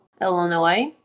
Illinois